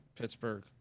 Pittsburgh